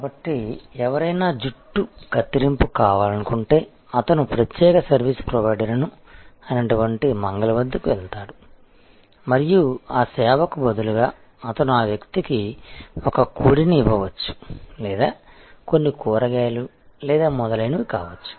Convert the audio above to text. కాబట్టి ఎవరైనా జుట్టు కత్తిరింపు కావాలనుకుంటే అతను ప్రత్యేక సర్వీస్ ప్రొవైడర్ అయిన మంగలి వద్దకు వెళ్తాడు మరియు ఆ సేవకు బదులుగా అతను ఆ వ్యక్తికి ఒక కోడిని ఇవ్వవచ్చు లేదా కొన్ని కూరగాయలు లేదా మొదలైనవి కావచ్చు